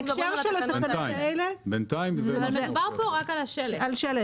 מדובר כאן רק על השלט.